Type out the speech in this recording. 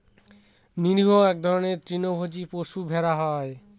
নিরীহ এক ধরনের তৃণভোজী পশু ভেড়া হয়